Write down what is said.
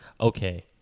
okay